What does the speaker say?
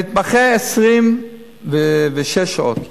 למתמחה לעבוד 26 שעות.